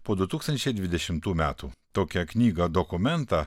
po du tūkstančiai dvidešimtų metų tokią knygą dokumentą